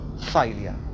failure